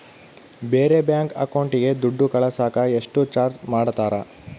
ಬೇರೆ ಬ್ಯಾಂಕ್ ಅಕೌಂಟಿಗೆ ದುಡ್ಡು ಕಳಸಾಕ ಎಷ್ಟು ಚಾರ್ಜ್ ಮಾಡತಾರ?